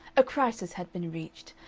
a crisis had been reached,